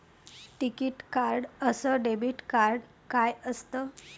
टिकीत कार्ड अस debit card काय असत?